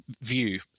view